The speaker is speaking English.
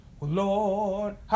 Lord